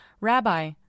Rabbi